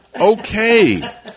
Okay